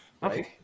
right